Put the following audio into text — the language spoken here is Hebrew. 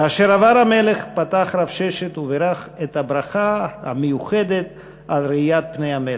כאשר עבר המלך פתח רב ששת ובירך את הברכה המיוחדת על ראיית פני המלך.